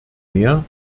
mehr